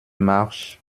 marche